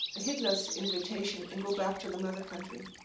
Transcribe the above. hitler's invitation and go back to the mother country.